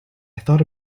thought